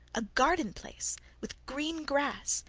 a garden place with green grass,